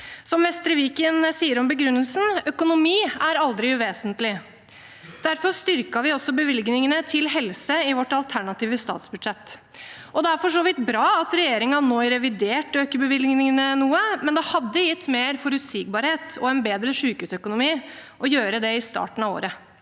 Som Vestre Viken sier om begrunnelsen: Økonomi er aldri uvesentlig. Derfor styrket vi også bevilgningene til helse i vårt alternative statsbudsjett. Det er for så vidt bra at regjeringen nå, i revidert, øker bevilgningene noe, men det hadde gitt mer forutsigbarhet og en bedre sykehusøkonomi å gjøre det i starten av året.